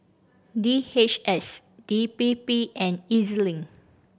D H S D P P and E Z Link